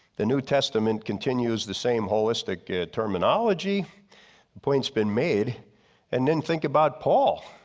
the new testament continues the same holistic terminology, the points been made and then think about paul,